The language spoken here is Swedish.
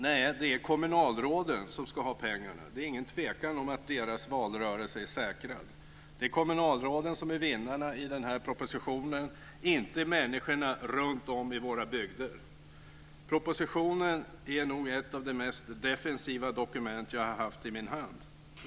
Nej, det är kommunalråden som ska ha pengarna. Det är ingen tvekan om att deras valrörelse är säkrad. Det är kommunalråden som är vinnarna i den här propositionen, inte människorna runt om i våra bygder. Propositionen är nog ett av de mest defensiva dokument jag har haft i min hand.